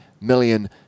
million